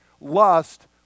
Lust